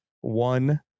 one